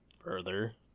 further